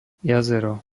jazero